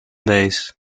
base